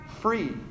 free